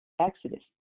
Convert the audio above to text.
Exodus